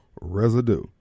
residue